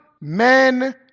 men